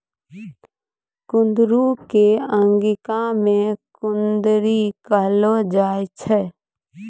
कुंदरू कॅ अंगिका मॅ कुनरी कहलो जाय छै